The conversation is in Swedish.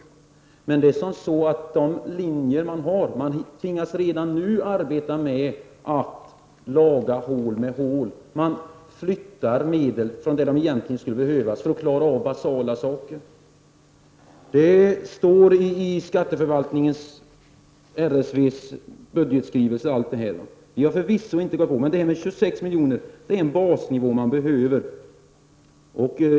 Men man tvingas redan nu laga hål med hål; man flyttar medel från områden där de egentligen skulle behöva finnas kvar för att klara basala uppgifter. Allt detta framgår av RSV:s anslagsäskanden. 26 miljoner är den basnivå man behöver.